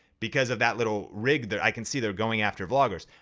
because of that little rig there, i can see they're going after vloggers.